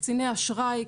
קציני אשראי,